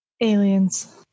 Aliens